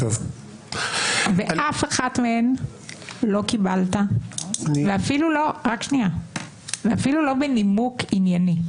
ואף אחת מהן לא קיבלת ואפילו לא בנימוק ענייני.